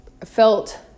felt